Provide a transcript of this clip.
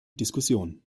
diskussion